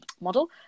model